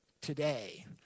today